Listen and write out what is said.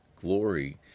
glory